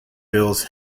bills